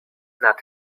nad